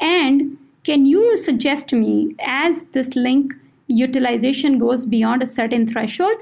and can you suggest to me as this link utilization goes beyond a certain threshold,